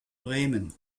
bremen